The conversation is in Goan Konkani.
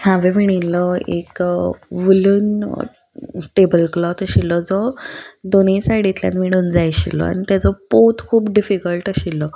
हांवें विणिल्लो एक वुलन टेबल क्लॉत आशिल्लो जो दोनीय सायडींतल्यान विणून जाय आशिल्लो आनी तेजो पोवत खूप डिफिकल्ट आशिल्लो